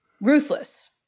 Ruthless